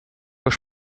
już